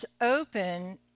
open